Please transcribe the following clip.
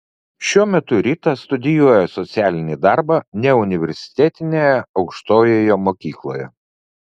šiuo metu rita studijuoja socialinį darbą neuniversitetinėje aukštojoje mokykloje